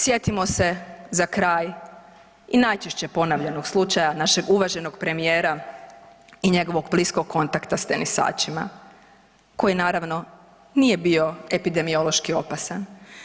Sjetimo se za kraj i najčešće ponavljanog slučaja našeg uvaženog premijera i njegovog bliskog kontakta s tenisačima koji naravno nije bio epidemiološki opasan.